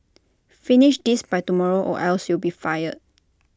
finish this by tomorrow or else you'll be fired